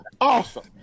awesome